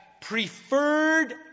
preferred